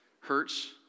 hurts